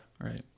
right